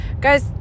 guys